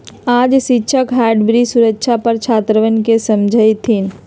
आज शिक्षक हाइब्रिड सुरक्षा पर छात्रवन के समझय थिन